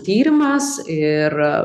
tyrimas ir